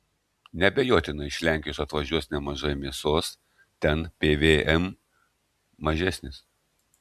neabejotinai iš lenkijos atvažiuos nemažai mėsos ten pvm mažesnis